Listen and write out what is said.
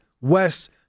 west